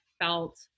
felt